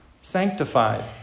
sanctified